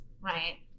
right